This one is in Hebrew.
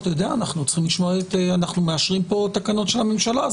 אתה יודע, אנחנו מאשרים פה תקנות של הממשלה.